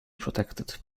protected